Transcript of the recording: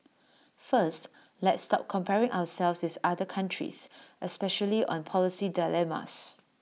first let's stop comparing ourselves with other countries especially on policy dilemmas